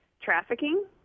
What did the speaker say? trafficking